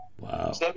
Wow